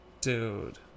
Dude